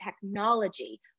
technology